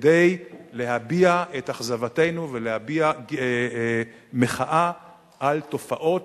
כדי להביע את אכזבתנו ולהביע מחאה על תופעות,